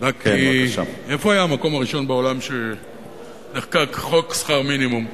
בדקתי איפה היה המקום הראשון בעולם שנחקק בו חוק שכר מינימום,